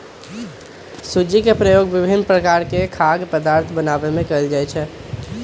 सूज्ज़ी के प्रयोग विभिन्न प्रकार के खाद्य पदार्थ बनाबे में कयल जाइ छै